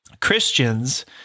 Christians